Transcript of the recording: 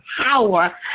power